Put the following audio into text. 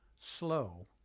slow